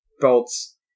bolts